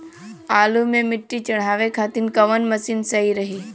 आलू मे मिट्टी चढ़ावे खातिन कवन मशीन सही रही?